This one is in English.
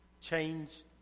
changed